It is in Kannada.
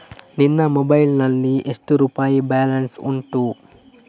ನಿನ್ನ ಮೊಬೈಲ್ ನಲ್ಲಿ ಎಷ್ಟು ರುಪಾಯಿ ಬ್ಯಾಲೆನ್ಸ್ ಉಂಟು?